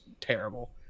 terrible